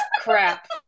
crap